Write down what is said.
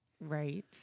right